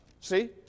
see